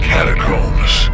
Catacombs